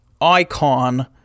icon